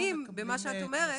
במה שאת אומרת,